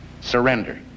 surrender